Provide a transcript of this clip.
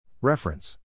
Reference